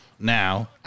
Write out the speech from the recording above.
Now